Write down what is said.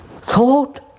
Thought